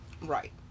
Right